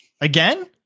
Again